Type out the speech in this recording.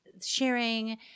sharing